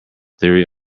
theory